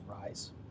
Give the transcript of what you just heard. rise